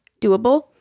doable